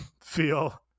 feel